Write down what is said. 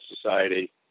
society